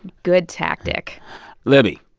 good tactic libby,